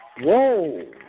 Whoa